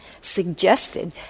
suggested